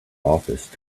office